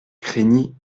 craignit